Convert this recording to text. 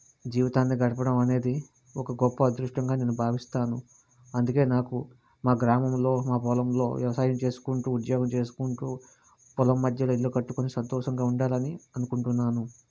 జీవితాన్ని గడపడం అనేది ఒక గొప్ప అదృష్టంగా నేను భావిస్తాను అందుకే నాకు మా గ్రామంలో మా పొలంలో వ్యవసాయం చేసుకుంటూ ఉద్యోగం చేసుకుంటూ పొలం మధ్య ఇల్లు కట్టుకోని సంతోషంగా ఉండాలని అనుకుంటున్నాను